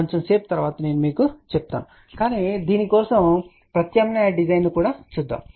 కొంచెంసేపు తరువాత నేను మీకు చెప్తాను కానీ దీని కోసం ప్రత్యామ్నాయ డిజైన్ ను కూడా చూద్దాం